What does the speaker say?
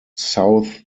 southsea